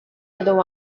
other